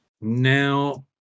Now